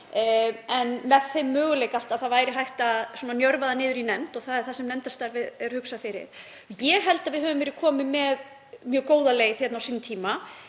en með þeim möguleika alltaf að það væri hægt að njörva það niður í nefnd og það er það sem nefndarstarfið er hugsað fyrir. Ég held að við höfum verið komin með mjög góða leið á sínum tíma